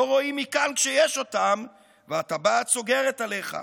לא רואים מכאן, כשיש אותם והטבעת סוגרת עליך.